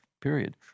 period